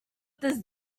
does